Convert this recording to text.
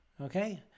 Okay